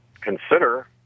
consider